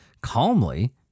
Calmly